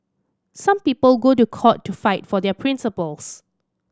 some people go to court to fight for their principles